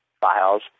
files